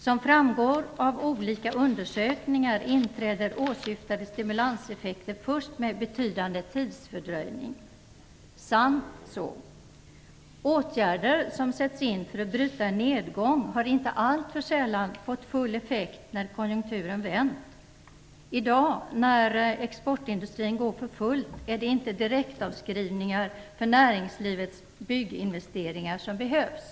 Som framgår av olika undersökningar inträder åsyftade stimulanseffekter först med betydande tidsfördröjning Sant så. Åtgärder som sätts in för att bryta en nedgång har inte alltför sällan fått full effekt när konjunkturen vänt. I dag, när exportindustrin går för fullt, är det inte direktavskrivningar för näringslivets bygginvesteringar som behövs.